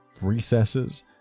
recesses